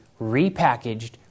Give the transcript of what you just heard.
repackaged